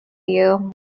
you